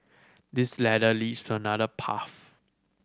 this ladder leads to another path